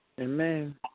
Amen